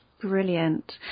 brilliant